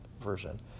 version